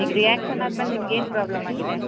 ಈಗ ರಿಯಾಕ್ಷನ್ ಆದ್ಮೇಲೆ ನಿಮ್ಗೆ ಏನು ಪ್ರಾಬ್ಲಮ್ ಆಗಿದೆ